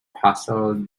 paschal